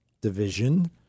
division